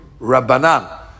Rabbanan